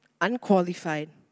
unqualified